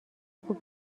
خوب